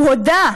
הוא הודה,